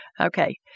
Okay